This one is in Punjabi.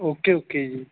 ਓਕੇ ਓਕੇ ਜੀ